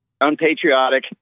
unpatriotic